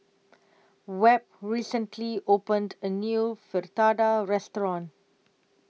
Webb recently opened A New Fritada Restaurant